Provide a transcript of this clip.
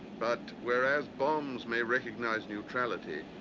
but whereas bombs may recognize neutrality,